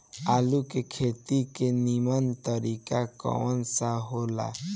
आलू के खेती के नीमन तरीका कवन सा हो ला?